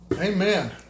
Amen